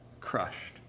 crushed